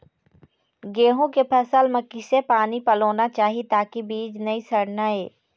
गेहूं के फसल म किसे पानी पलोना चाही ताकि बीज नई सड़ना ये?